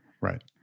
Right